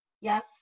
Yes